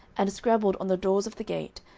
and scrabbled on the doors of the gate,